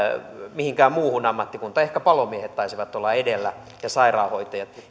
mihinkään muuhun ammattikuntaan ehkä palomiehet taisivat olla edellä ja sairaanhoitajat